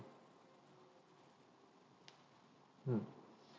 mm